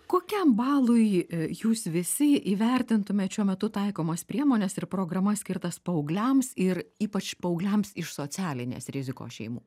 kokiam balui jūs visi įvertintumėt šiuo metu taikomas priemones ir programas skirtas paaugliams ir ypač paaugliams iš socialinės rizikos šeimų